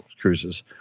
cruises